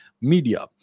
media